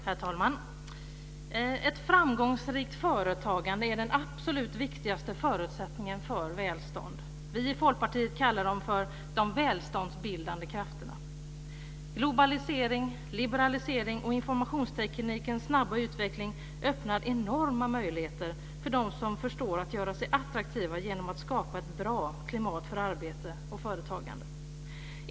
Herr talman! Ett framgångsrikt företagande är den absolut viktigaste förutsättningen för välstånd. Vi i Folkpartiet talar här om de välståndsbildande krafterna. Globalisering, liberalisering och informationstteknikens snabba utveckling öppnar enorma möjligheter för dem som förstår att göra sig attraktiva genom att skapa ett bra klimat för arbete och företagande.